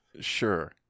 Sure